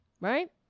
right